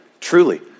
truly